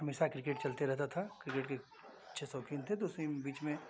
हमेशा क्रिकेट चलते रहता था क्रिकेट के अच्छे शौक़ीन थे तो उसी में बीच में